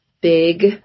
big